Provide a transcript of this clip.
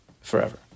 forever